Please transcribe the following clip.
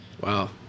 Wow